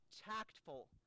tactful